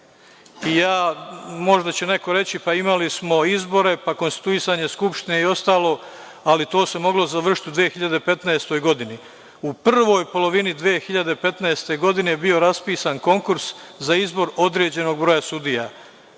Možda će neko reći – pa, imali smo izbore, pa konstituisanje Skupštine i ostalo, ali to se moglo završiti u 2015. godini. U prvoj polovini 2015. godine je bio raspisan konkurs za izbor određenog broja sudija,